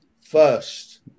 first